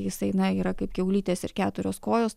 jisai na yra kaip kiaulytės ir keturios kojos